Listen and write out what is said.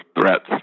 threats